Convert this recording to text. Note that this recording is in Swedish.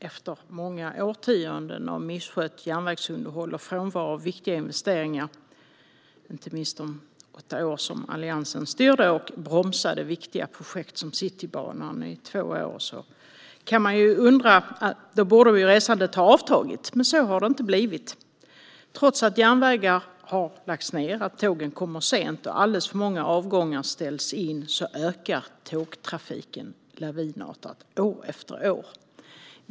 Efter många årtionden av misskött järnvägsunderhåll och frånvaro av viktiga investeringar, inte minst under de åtta år som Alliansen styrde och bromsade viktiga projekt som Citybanan i två år, borde resandet ha avtagit. Men så har det inte blivit. Trots att järnvägar har lagts ned, trots att tågen kommer sent och trots att alldeles för många avgångar ställs in ökar tågtrafiken lavinartat, år efter år.